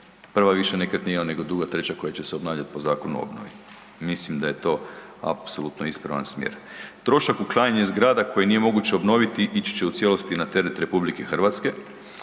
prva više nekretnina nego druga, treća koja će se obnavljati po zakonu o obnovi i mislim da je to apsolutno ispravan smjer. Trošak uklanjanja zgrada koje nije moguće obnoviti ići će u cijelosti na teret RH. U novom čl.